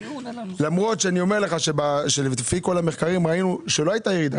למרות שלפי כל המחקרים ראינו שלא הייתה ירידה,